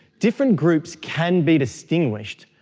different groups can be distinguished,